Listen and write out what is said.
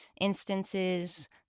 instances